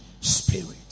spirit